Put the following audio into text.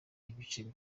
ibice